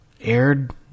aired